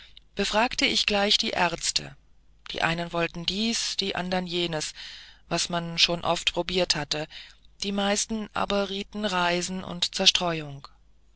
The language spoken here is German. befragte ich gleich die ärzte die einen wollten dies die andern jenes was man schon oft probiert hatte die meisten aber rieten reisen und zerstreuung